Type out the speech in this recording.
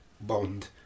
bond